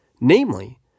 Namely